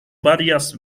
varias